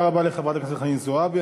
תודה רבה לחברת הכנסת חנין זועבי.